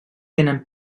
tenen